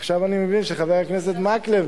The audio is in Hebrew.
עכשיו אני מבין שחבר הכנסת מקלב